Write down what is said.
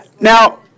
now